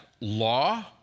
law